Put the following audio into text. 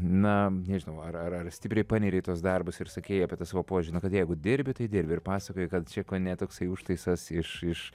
na nežinau ar ar ar stipriai paneri į tuos darbus ir sakei apie tą savo požiūrį kad jeigu dirbi tai dirbi ir pasakojai kad čia ko ne toksai užtaisas iš iš